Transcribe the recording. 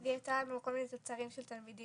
והיא הראתה לנו כל מיני תוצרים של תלמידים